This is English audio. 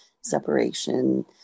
separation